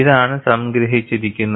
ഇതാണ് സംഗ്രഹിച്ചിരിക്കുന്നത്